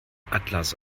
atlas